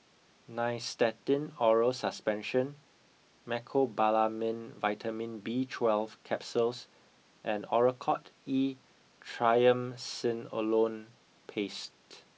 Nystatin Oral Suspension Mecobalamin Vitamin B twelve Capsules and Oracort E Triamcinolone Paste